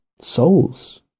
souls